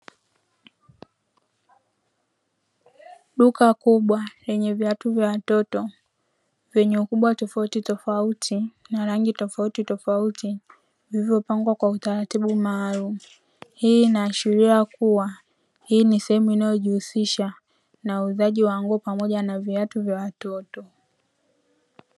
Duka kubwa lenye viatu vya watoto vyenye ukubwa tofautitofauti na rangi tofautitofauti, vilivyopangwa kwa utaratibu maalumu. Hii inaashiria kuwa hii ni sehemu inayojihusisha na uuzaji wa nguo pamoja na viatu vya watoto.